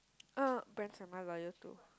uh brands am I loyal to